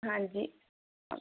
ਹਾਂਜੀ